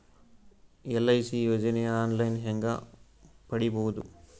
LIC ಯೋಜನೆ online ಹೇಂಗ ಪಡಿಬಹುದು?